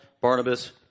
Barnabas